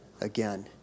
again